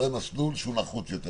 אולי מסלול שהוא נחות יותר.